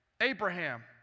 Abraham